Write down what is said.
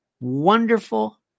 wonderful